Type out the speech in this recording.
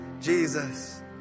Jesus